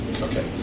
Okay